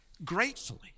gratefully